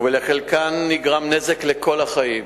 ולחלקן נגרם נזק לכל החיים.